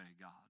God